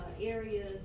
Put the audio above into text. areas